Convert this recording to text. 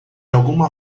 alguma